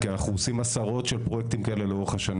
כי אנחנו עושים עשרות של פרויקטים כאלה לאורך השנים